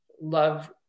love